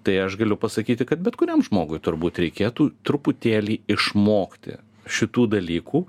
tai aš galiu pasakyti kad bet kuriam žmogui turbūt reikėtų truputėlį išmokti šitų dalykų